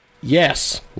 Yes